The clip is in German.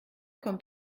kommt